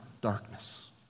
darkness